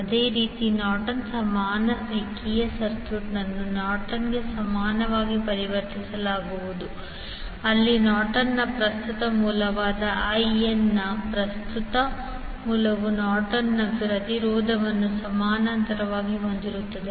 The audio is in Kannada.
ಅದೇ ರೀತಿ ನಾರ್ಟನ್ನ ಸಮಾನ ರೇಖೀಯ ಸರ್ಕ್ಯೂಟ್ ಅನ್ನು ನಾರ್ಟನ್ಗೆ ಸಮನಾಗಿ ಪರಿವರ್ತಿಸಲಾಗುವುದು ಅಲ್ಲಿ ನಾರ್ಟನ್ನ ಪ್ರಸ್ತುತ ಮೂಲವಾದ ಐ ಎನ್ನ ಪ್ರಸ್ತುತ ಮೂಲವು ನಾರ್ಟನ್ನ ಪ್ರತಿರೋಧವನ್ನು ಸಮಾನಾಂತರವಾಗಿ ಹೊಂದಿರುತ್ತದೆ